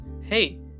Hey